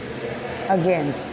again